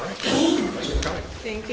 i think